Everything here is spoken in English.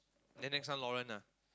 then next time Lauren ah